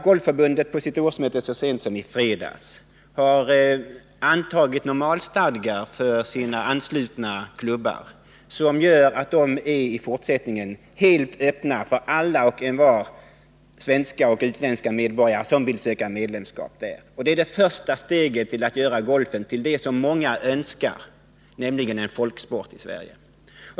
Golfförbundet antog på sitt årsmöte så sent som i fredags normalstadgar för sina anslutna klubbar. Det innebär att klubbarna i fortsättningen är helt öppna för alla och envar — svenska och utländska medborgare — som vill söka medlemskap. Det är det första steget i riktning mot att göra golfsporten i Sverige till en folksport, vilket många önskar.